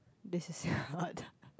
this is hot